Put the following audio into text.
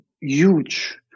huge